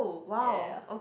ya